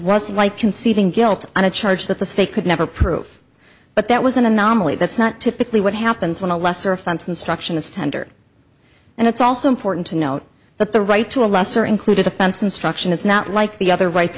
right conceding guilt on a charge that the state could never prove but that was an anomaly that's not typically what happens when a lesser offense instruction is tender and it's also important to note that the right to a lesser included offense instruction it's not like the other rights